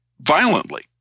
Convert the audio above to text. violently